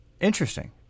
Interesting